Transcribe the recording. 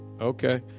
Okay